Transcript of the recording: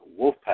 Wolfpack